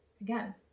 again